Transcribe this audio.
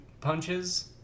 punches